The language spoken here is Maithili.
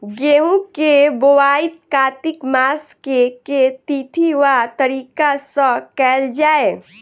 गेंहूँ केँ बोवाई कातिक मास केँ के तिथि वा तारीक सँ कैल जाए?